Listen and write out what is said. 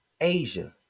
Asia